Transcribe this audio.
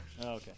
Okay